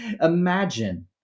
Imagine